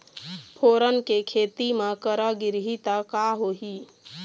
फोरन के खेती म करा गिरही त का होही?